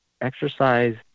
exercise